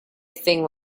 thing